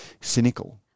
cynical